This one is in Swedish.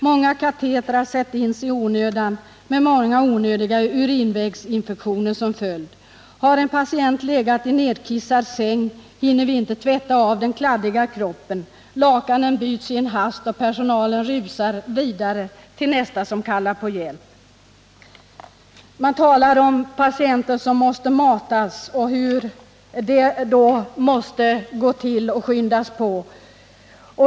Många katetrar sätts in i onödan . Har en patient legat i nedkissad säng, hinner vi inte tvätta av den kladdiga kroppen, lakan byts i en hast och personalen rusar vidare till nästa som kallar på hjälp.” Man talar om patienter som måste matas, hur det går till och hur det måste skyndas på.